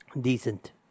decent